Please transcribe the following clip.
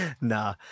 Nah